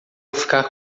ficar